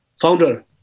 founder